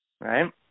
Right